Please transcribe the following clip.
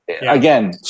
Again